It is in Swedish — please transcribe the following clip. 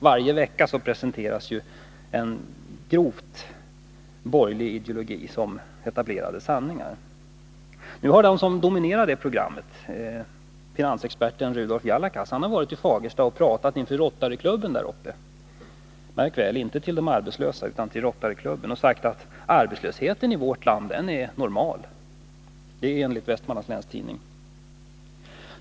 Varje vecka presenteras ju en grovt borgerlig ideologi som etablerade sanningar. Nu har en av dem som dominerar det programmet, finansexperten Rudolf Jalakas, varit i Fagersta och talat hos Rotaryklubben — märk väl, inte med de arbetslösa. Han har enligt Vestmanlands Läns Tidning sagt att arbetslösheten i vårt land är helt normal.